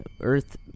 earth